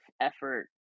effort